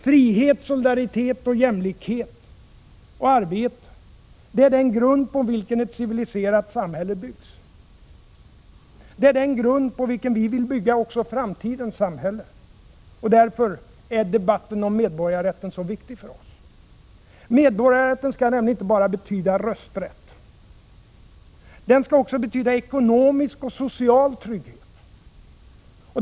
Frihet, solidaritet, jämlikhet och arbete är den grund på vilken ett civiliserat samhälle byggs. Det är den grund på vilken vi vill bygga också framtidens samhälle, och därför är debatten om medborgarrätten så viktig för oss. Medborgarrätten skall nämligen inte bara betyda rösträtt, utan den skall också betyda ekonomisk och social trygghet.